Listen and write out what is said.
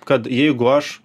kad jeigu aš